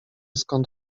skąd